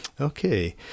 Okay